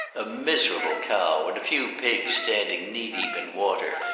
a miserable cow and a few pigs standing knee-deep in water,